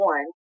One